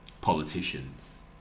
politicians